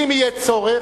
ואם יהיה צורך,